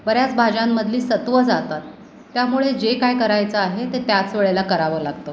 बऱ्याच भाज्यांमधली सत्त्वं जातात त्यामुळे जे काय करायचं आहे ते त्याचवेळेला करावं लागतं